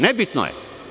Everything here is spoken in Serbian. Nebitno je.